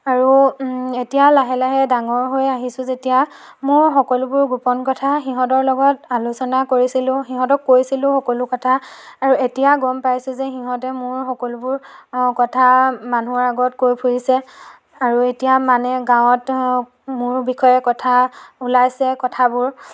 আৰু এতিয়া লাহে লাহে ডাঙৰ হৈ আহিছোঁ যেতিয়া মোৰ সকলোবোৰ গোপন কথা সিহঁতৰ লগত আলোচনা কৰিছিলোঁ সিহঁতক কৈছিলোঁ সকলো কথা আৰু এতিয়া গম পাইছোঁ যে সিহঁতে মোৰ সকলোবোৰ কথা মানুহৰ আগত কৈ ফুৰিছে আৰু এতিয়া মানে গাঁৱত মোৰ বিষয়ে কথা ওলাইছে কথাবোৰ